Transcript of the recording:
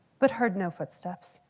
but heard no footsteps,